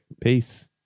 Peace